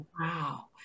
wow